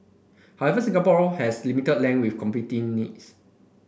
however Singapore has limited land with competing needs